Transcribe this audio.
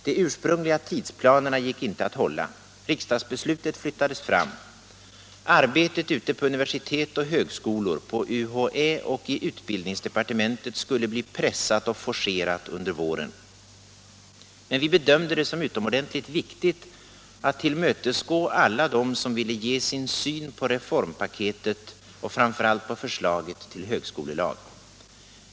De ursprungliga tidsplanerna gick inte att hålla. Riksdagsbeslutet flyttades fram. Arbetet ute på universitet och högskolor, på UHÄ och i utbildningsdepartementet skulle bli pressat och forcerat under våren. Men vi bedömde det som utomordentligt viktigt att tillmötesgå alla dem som ville ge sin syn på reformpaketet och framför allt på förslaget till högskolelag.